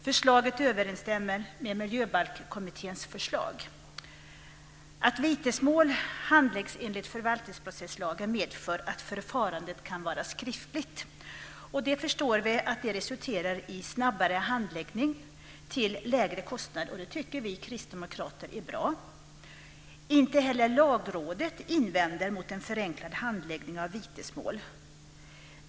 Förslaget överensstämmer med Miljöbalkskommitténs förslag. Att vitesmål handläggs enligt förvaltningsprocesslagen medför att förfarandet kan vara skriftligt. Det resulterar, som vi förstår, i snabbare handläggning till lägre kostnad. Och det tycker vi kristdemokrater är bra. Inte heller Lagrådet invänder mot en förenklad handläggning av vitesmål.